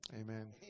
amen